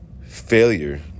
failure